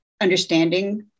understanding